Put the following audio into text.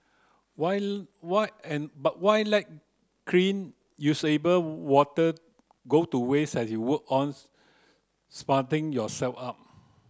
why why and why let clean usable water go to waste as you work on sprucing yourself up